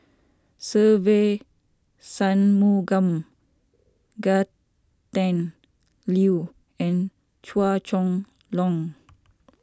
Se Ve Shanmugam Gretchen Liu and Chua Chong Long